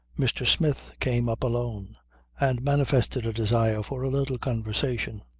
mr. smith came up alone and manifested a desire for a little conversation.